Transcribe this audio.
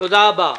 תודה רבה.